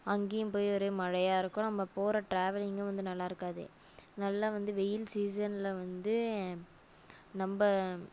அங்கேயும் போய் ஒரே மழையாக இருக்கும் நம்ம போகிற டிராவலிங்கும் வந்து நல்லா இருக்காது நல்லா வந்து வெயில் சீசனில் வந்து நம்ம